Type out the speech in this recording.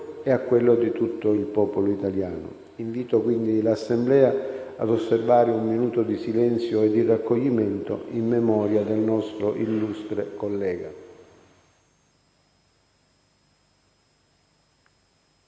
e a quello di tutto il popolo italiano. Invito quindi l'Assemblea a osservare un minuto di silenzio e di raccoglimento in memoria del nostro illustre collega.